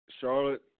Charlotte